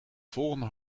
volgende